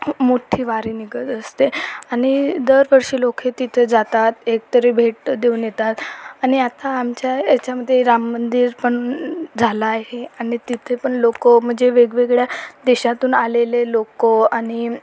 मोठ्ठी वारी निघत असते आणि दरवर्षी लोक तिथे जातात एकतरी भेट देऊन येतात आणि आता आमच्या याच्यामध्ये राम मंदिर पण झालं आहे आणि तिथे पण लोक म्हणजे वेगवेगळ्या देशातून आलेले लोक आणि